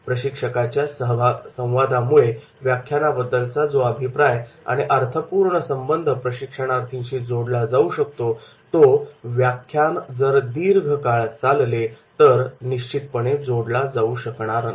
प्रशिक्षकाच्या संवादामुळे व्याख्यानाबद्दलचा जो अभिप्राय आणि अर्थपूर्ण संबंध प्रशिक्षणार्थींशी जोडला जाऊ शकतो तो व्याख्यान जर दीर्घकाळ चालले तर जोडला जाऊ शकणार नाही